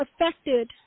affected